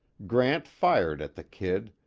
grant fired at the kid,